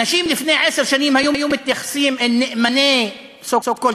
אנשים לפני עשר שנים היו מתייחסים אל "נאמני" so called,